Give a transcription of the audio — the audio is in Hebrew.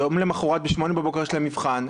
יום למחרת בשמונה בבוקר יש להם מבחן,